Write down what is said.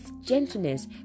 gentleness